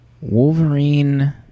Wolverine